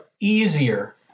easier